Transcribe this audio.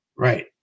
Right